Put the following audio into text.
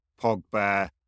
Pogba